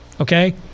Okay